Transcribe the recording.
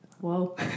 whoa